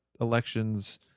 elections